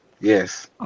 Yes